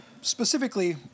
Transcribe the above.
specifically